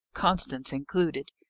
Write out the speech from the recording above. constance included.